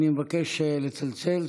אני מבקש לצלצל.